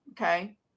okay